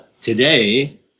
today